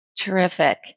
Terrific